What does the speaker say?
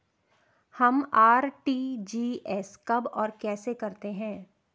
हम आर.टी.जी.एस कब और कैसे करते हैं?